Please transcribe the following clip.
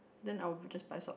then I will we just buy socks